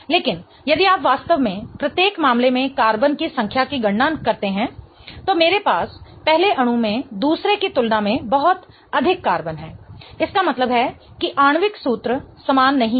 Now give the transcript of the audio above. लेकिन यदि आप वास्तव में प्रत्येक मामले में कार्बन की संख्या की गणना करते हैं तो मेरे पास पहले अणु में दूसरे की तुलना में बहुत अधिक कार्बन हैं इसका मतलब है कि आणविक सूत्र समान नहीं है